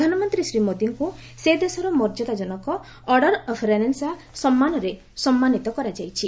ପ୍ରଧାନମନ୍ତ୍ରୀ ଶ୍ରୀ ମୋଦିଙ୍କ ସେ ଦେଶର ମର୍ଯ୍ୟାଦା ଜନକ ଅର୍ଡର୍ ଅଫ୍ ରେନାସାଁ ସମ୍ମାନରେ ସମ୍ମାନିତ କରାଯାଇଛି